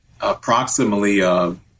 approximately